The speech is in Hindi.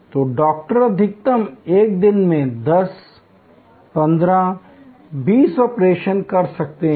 तो डॉक्टर अधिकतम एक दिन में 10 15 20 ऑपरेशन कर सकते हैं